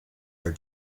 are